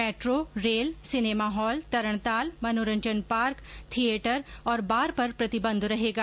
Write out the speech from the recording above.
metro rail cinema hall तरणताल मनोरंजन park theatre और बार पर प्रतिबंध रहेगा